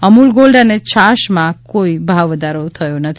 Amul gold અને છાશમાં કોઈ ભાવ વધારો નથી